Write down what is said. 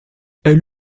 elle